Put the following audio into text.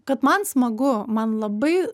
kad man smagu man labai